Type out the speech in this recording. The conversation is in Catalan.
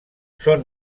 són